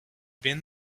been